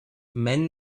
mend